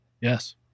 Yes